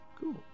Cool